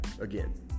again